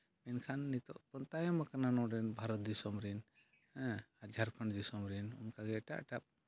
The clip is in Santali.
ᱢᱮᱱᱠᱷᱟᱱ ᱱᱤᱛᱳᱜ ᱵᱚᱱ ᱛᱟᱭᱚᱢ ᱟᱠᱟᱱᱟ ᱱᱚᱸᱰᱮᱱ ᱵᱷᱟᱨᱚᱛ ᱫᱤᱥᱚᱢ ᱨᱮᱱ ᱦᱮᱸ ᱟᱨ ᱡᱷᱟᱲᱠᱷᱚᱸᱰ ᱫᱤᱥᱚᱢ ᱨᱮᱱ ᱚᱱᱠᱟᱜᱮ ᱮᱴᱟᱜ ᱮᱴᱟᱜ